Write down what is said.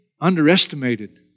underestimated